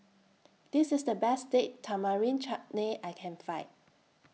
This IS The Best Date Tamarind Chutney I Can Find